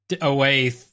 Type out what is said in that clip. away